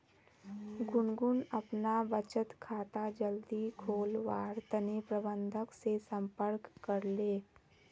गुनगुन अपना बचत खाता जल्दी खोलवार तने प्रबंधक से संपर्क करले